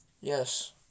Yes